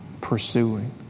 pursuing